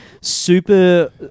super